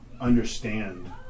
understand